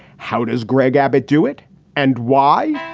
how does greg abbott do it and why?